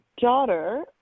daughter